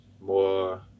more